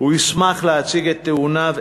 הוא ישמח להציג את טיעוניו,